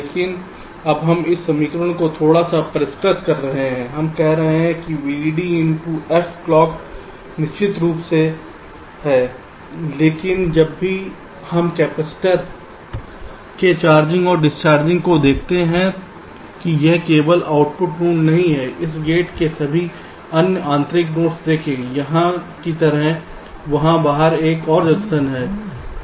लेकिन अब हम इस समीकरण को थोड़ा सा परिष्कृत कर रहे हैं हम कह रहे हैं कि VDD into f clock निश्चित रूप से है लेकिन जब भी हम कपैसिटर के चार्जिंग और डिस्चार्जिंग को देखते हैं कि यह केवल आउटपुट नोड नहीं है इस गेट के सभी अन्य आंतरिक नोड्स देखें यहाँ की तरह वहां बाहर एक और जंक्शन है